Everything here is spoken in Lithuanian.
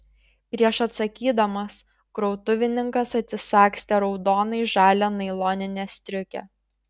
prieš atsakydamas krautuvininkas atsisagstė raudonai žalią nailoninę striukę